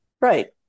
Right